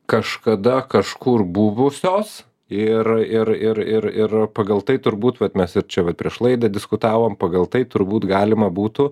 kažkada kažkur buvusios ir ir ir ir ir pagal tai turbūt vat mes ir čia va prieš laidą diskutavom pagal tai turbūt galima būtų